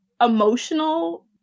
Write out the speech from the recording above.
emotional